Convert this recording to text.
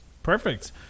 Perfect